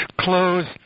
close